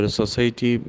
society